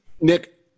Nick